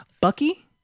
Bucky